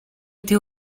été